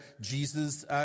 Jesus